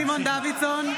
(קוראת בשמות חברי הכנסת) סימון דוידסון,